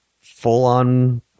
full-on